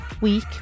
week